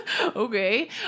Okay